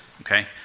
Okay